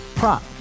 Prop